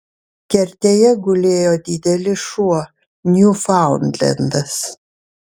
kertėje gulėjo didelis šuo niufaundlendas